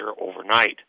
overnight